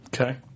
okay